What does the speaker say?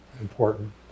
important